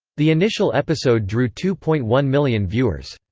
the initial episode drew two point one million viewers.